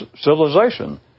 civilization